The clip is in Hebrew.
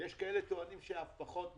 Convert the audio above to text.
יש כאלה שטוענים שאף פחות מזה.